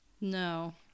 No